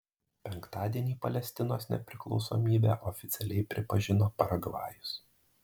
penktadienį palestinos nepriklausomybę oficialiai pripažino paragvajus